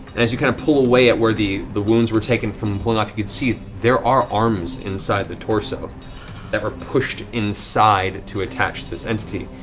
and as you kind of pull away at where the the wounds were taken from pulling off, you can see there are arms inside the torso that were pushed inside to attach this entity.